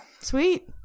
Sweet